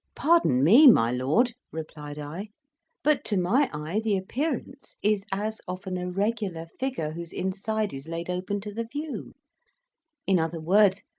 pardon me, my lord, replied i but to my eye the appearance is as of an irregular figure whose inside is laid open to the view in other words,